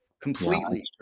completely